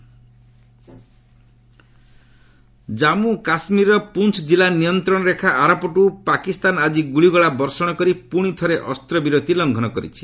seize fire violation Jammu କାଶ୍ମୀରର ପୁଞ୍ଚ କିଲ୍ଲା ନିୟନ୍ତ୍ରଣ ରେଖା ଆରପଟୁ ପାକିସ୍ତାନ ଆଜି ଗୁଳିଗୋଳା ବର୍ଷଣ କରି ପୁଣି ଥରେ ଅସ୍ତ୍ରବିରତି ଲଙ୍ଘନ କରିଛି